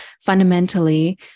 fundamentally